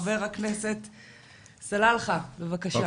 חבר הכנסת סלאלחה, בבקשה.